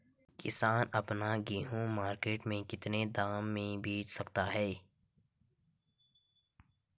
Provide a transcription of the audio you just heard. किसान अपना गेहूँ मार्केट में कितने दाम में बेच सकता है?